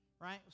Right